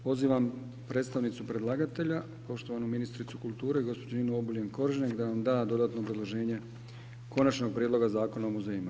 Pozivam predstavnicu predlagatelja, poštovanu ministricu kulture, gospođu Ninu Obuljen Koržinek da nam da dodatno obrazloženje konačnog prijedloga Zakona o muzejima.